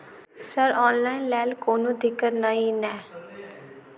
Sir online लैल कोनो दिक्कत न ई नै?